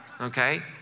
okay